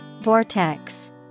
Vortex